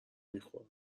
میخورن